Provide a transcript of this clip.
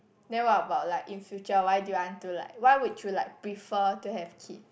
then what about like in future why do you want to like why would you like prefer to have kid